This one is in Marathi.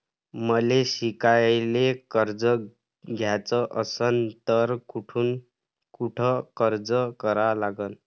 मले शिकायले कर्ज घ्याच असन तर कुठ अर्ज करा लागन?